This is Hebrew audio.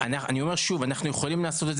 אני אומר שוב, אנחנו יכולים לסמן,